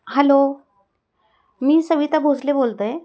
hello मी सविता भोसले बोलत आहे